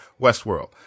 westworld